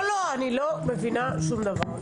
לא, אני לא מבינה שום דבר.